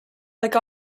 like